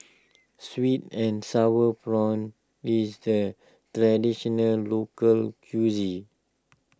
Sweet and Sour Prawns is the Traditional Local Cuisine